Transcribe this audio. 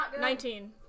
Nineteen